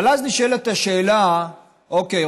אבל אז נשאלת השאלה: אוקיי,